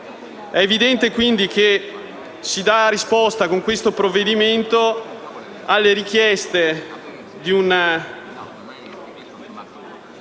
È evidente quindi che si dà risposta, con questo provvedimento, alle richieste di molte